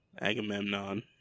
agamemnon